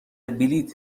بلیط